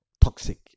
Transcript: toxic